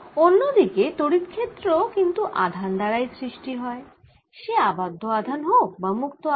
অন্যদিকে তড়িৎ ক্ষেত্র কিন্তু আধান দ্বারাই সৃষ্টি হয় সে আবদ্ধ আধান হোক বা মুক্ত আধান